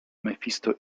mefisto